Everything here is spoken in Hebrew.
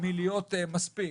מלהיות מספיק.